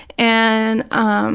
and um